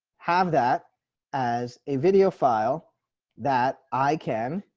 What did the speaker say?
have that as a video file that i can